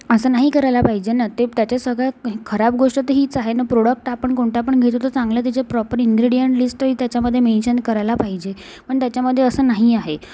असं नाही करायला पाहिजे ना ते त्याचे सगळे खराब गोष्ट तर हीच आहे नं प्रॉडक्ट आपण कोणता पण घेतो तं चांगला त्याचे प्रॉपर इंग्रेडियंट लिस्टही त्याच्यामधे मेन्शन करायला पाहिजे पण त्याच्यामध्ये असं नाही आहे